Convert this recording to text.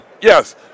Yes